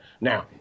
Now